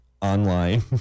online